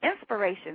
inspiration